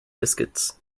biscuits